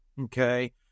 Okay